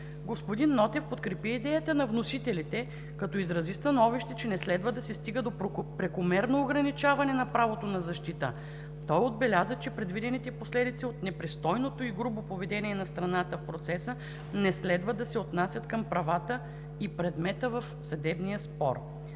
Господин Нотев подкрепи идеята на вносителите, като изрази становище, че не следва да се стига до прекомерно ограничаване на правото на защита. Той отбеляза, че предвидените последици от непристойното и грубо поведение на страната в процеса не следва да се отнасят към правата и предмета в съдебния спор.